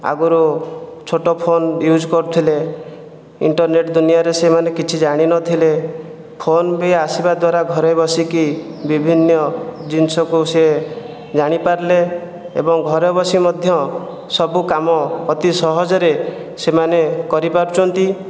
ଆଗରୁ ଛୋଟ phone use କରୁଥିଲେ ଇଣ୍ଟରନେଟ୍ ଦୁନିଆରେ ସେମାନେ କିଛି ଜାଣି ନଥିଲେ ଫୋନ୍ ବି ଆସିବା ଦ୍ୱାରା ଘରେ ବସିକି ବିଭିନ୍ନ ଜିନିଷକୁ ସେ ଜାଣି ପାରିଲେ ଏବଂ ଘରେ ବସି ମଧ୍ୟ ସବୁ କାମ ଅତି ସହଜରେ ସେମାନେ କରି ପାରୁଛନ୍ତି